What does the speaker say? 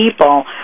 people